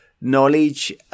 knowledge